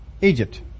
Egypt